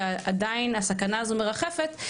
שעדיין הסכנה הזו מרחפת,